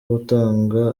gutanga